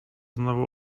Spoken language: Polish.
znowu